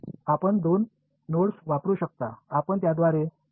आपण 2 नोड्स वापरू शकता आपण त्याद्वारे केवळ एक ओळ फिट करू शकता